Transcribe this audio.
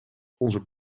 onze